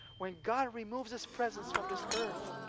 when god removes his presence from this earth,